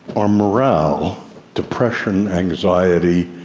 our morale depression, anxiety,